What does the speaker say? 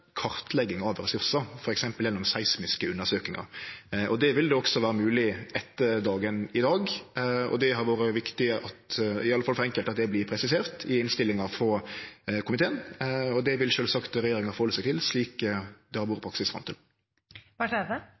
kartlegging av ressursar, f.eks. gjennom seismiske undersøkingar. Det vil også vere mogleg etter dagen i dag. Det har vore viktig – i alle fall for enkelte – at det vert presisert i innstillinga frå komiteen, og det vil sjølvsagt regjeringa halde seg til, slik praksis har vore